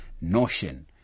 notion